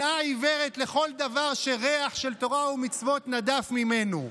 שנאה עיוורת לכל דבר שריח של תורה ומצוות נדף ממנו,